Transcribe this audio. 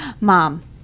Mom